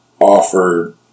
offered